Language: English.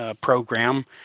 Program